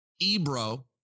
Ebro